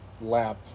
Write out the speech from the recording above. lap